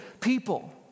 people